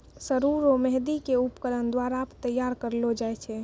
सरु रो मेंहदी के उपकरण द्वारा तैयार करलो जाय छै